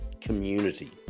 community